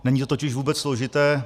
Není to totiž vůbec složité.